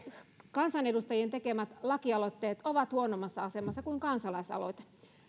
kansanedustajien tekemät lakialoitteet ovat huonommassa asemassa kuin kansalaisaloite